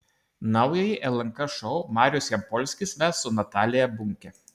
naująjį lnk šou marius jampolskis ves su natalija bunke